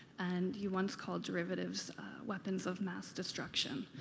and you once called derivatives weapons of mass destruction.